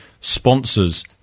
sponsors